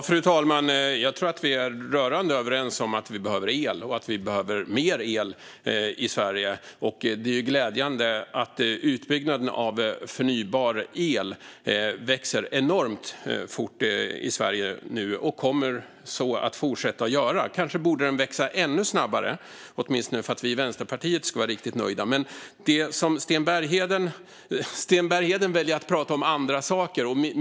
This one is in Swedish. Fru talman! Jag tror att vi är rörande överens om att vi behöver el och att vi behöver mer el i Sverige. Det är glädjande att utbyggnaden av förnybar el växer enormt fort i Sverige nu och kommer att fortsätta göra det. Kanske borde den växa ännu snabbare, åtminstone för att vi i Vänsterpartiet ska vara riktigt nöjda. Men Sten Bergheden väljer att prata om andra saker.